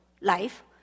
life